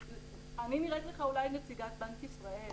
אני נראית לך אולי נציגת בנק ישראל,